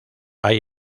hay